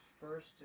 first